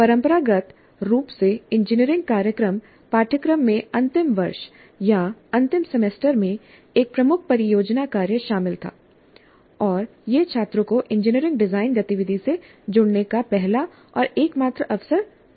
परंपरागत रूप से इंजीनियरिंग कार्यक्रम पाठ्यक्रम में अंतिम वर्ष या अंतिम सेमेस्टर में एक प्रमुख परियोजना कार्य शामिल था और यह छात्रों को इंजीनियरिंग डिजाइन गतिविधि से जुड़ने का पहला और एकमात्र अवसर प्रदान किया गया था